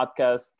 podcast